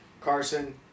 Carson